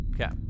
Okay